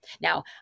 Now